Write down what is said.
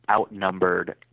outnumbered